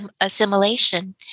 assimilation